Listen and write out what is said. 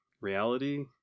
reality